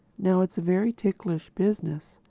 now it is a very ticklish business,